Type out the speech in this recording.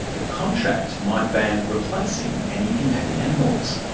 the contract might ban replacing any companion animals.